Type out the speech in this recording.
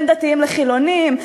בין דתיים לחילונים,